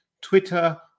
Twitter